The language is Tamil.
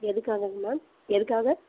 எதுக்காக மேம் எதுக்காக